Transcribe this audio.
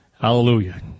Hallelujah